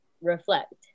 reflect